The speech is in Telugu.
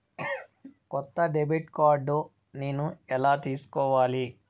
కొత్త డెబిట్ కార్డ్ నేను ఎలా తీసుకోవాలి?